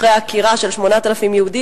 אחרי העקירה של 8,000 יהודים,